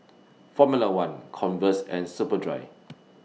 Formula one Converse and Superdry